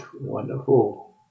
wonderful